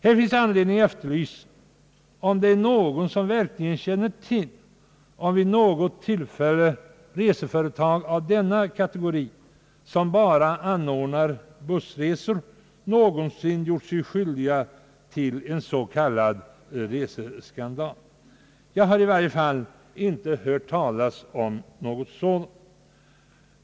Det finns anledning efterlysa huruvida någon verkligen känner till om något reseföretag av denna kategori, som bara anordnar bussresor, någonsin gjort sig skyldigt till en s.k. reseskandal. Jag har i varje fall inte hört talas om något sådant.